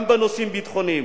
גם בנושאים ביטחוניים.